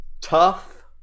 Tough